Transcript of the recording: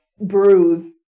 bruise